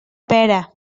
pera